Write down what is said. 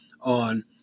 on